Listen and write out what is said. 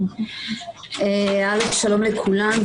שלום לכולם,